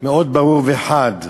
מאוד ברור וחד: